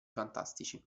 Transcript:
fantastici